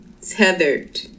tethered